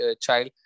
child